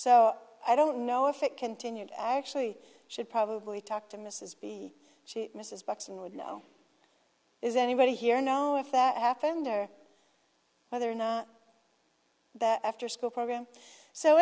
so i don't know if it continued actually should probably talk to mrs b she mrs buxton would know is anybody here know if that happened or whether or not that afterschool program so